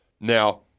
Now